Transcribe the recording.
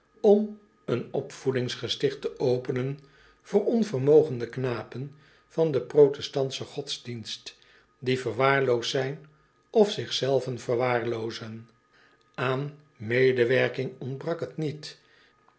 om een opvoedingsgesticht te openen voor onvermogende knapen van den protestantschen godsdienst die verwaarloosd zijn of zich zelven verwaarloozen aan medewerking ontbrak het niet